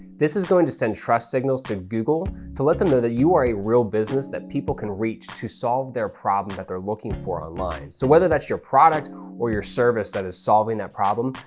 this is going to send trust signals to google to let them know that you are a real business that people can reach to solve their problem that they're looking for online. so whether that's your product or your service that is solving their problem,